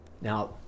Now